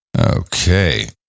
Okay